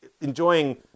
enjoying